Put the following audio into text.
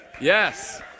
Yes